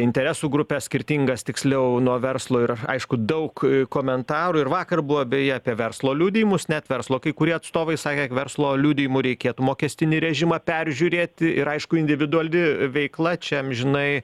interesų grupes skirtingas tiksliau nuo verslo ir aišku daug komentarų ir vakar buvo beje apie verslo liudijimus net verslo kai kurie atstovai sakė verslo liudijimų reikėtų mokestinį režimą peržiūrėti ir aišku individuali veikla čia amžinai